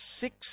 six